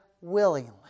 Willingly